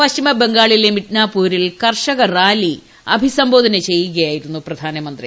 പശ്ചിമ ബംഗാളിലെ മിഡ്നാപൂരിൽ കർഷകറാലി അഭിസംബോധന ചെയ്യുകയായിരുന്നു പ്രധാനമന്ത്രി